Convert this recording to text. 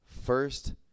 first